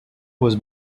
was